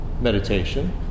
meditation